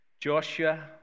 Joshua